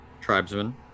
tribesmen